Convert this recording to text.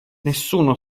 nessuno